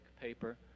paper